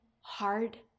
hard